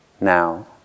Now